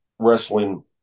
wrestling